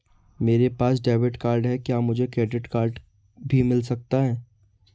मेरे पास debit card है क्या मुझे क्रेडिट कार्ड भी मिल सकता है?